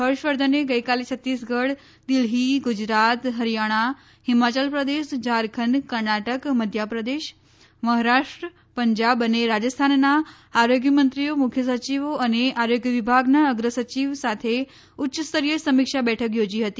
હર્ષવર્ધને ગઇકાલે છત્તીસગઢ દિલ્હી ગુજરાત હરિયાણા હિમાચલ પ્રદેશ ઝારખંડ કર્ણાટક મધ્યપ્રદેશ મહારાષ્ટ્ર પંજાબ અને રાજસ્થાનના આરોગ્ય મંત્રીઓ મુખ્ય સચિવો અને આરોગ્ય વિભાગના અગ્ર સચિવ સાથે ઉચ્ચસ્તરીય સમીક્ષા બેઠક યોજી હતી